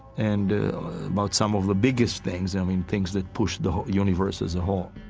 and about some of the biggest things, i mean, things that push the universe as a whole